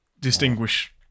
distinguish